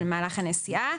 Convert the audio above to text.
במהלך הנסיעה.